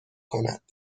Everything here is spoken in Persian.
کند